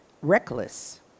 Reckless